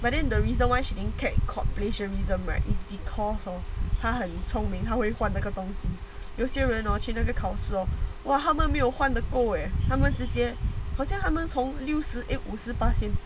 but then the reason why she didn't catch caught plagiarism right is because hor 他很聪明他会换那个东西有些人 hor !wah! 他们没有换得够 eh 他们直接好像他们从六十 eh 五十八仙